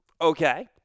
Okay